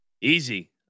Easy